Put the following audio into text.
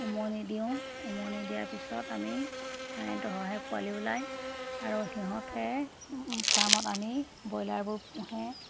উমনি দিওঁ উমনি দিয়াৰ পিছত আমি কাৰেণ্টৰ সহায়ত পোৱালি ওলায় আৰু সিহঁতে ফাৰ্মত আনি ব্ৰইলাৰবোৰ পোহে